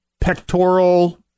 pectoral